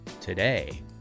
today